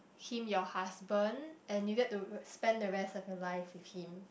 him your husband and you get to r~ spend the rest of your life with him